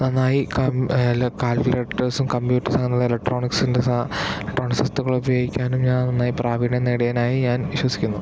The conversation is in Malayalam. നന്നായി കം അല്ല കാൽക്കുലേറ്റർസും കമ്പ്യൂട്ടേഴ്സും അങ്ങനെയുള്ള ഇലക്ട്രോണിക്സിൻ്റെ ഇലെക്ട്രോണിക്സ് വസ്തുക്കൾ ഉപയോഗിക്കാനും ഞാൻ നന്നായി പ്രാവീണ്യം നേടിയവനായി ഞാൻ വിശ്വസിക്കുന്നു